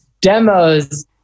demos